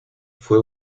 fue